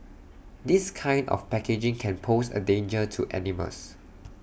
this kind of packaging can pose A danger to animals